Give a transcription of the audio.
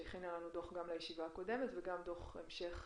שהכינה לנו דוח גם לישיבה הקודמת וגם דוח המשך,